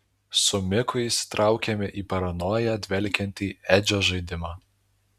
su miku įsitraukėme į paranoja dvelkiantį edžio žaidimą